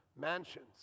mansions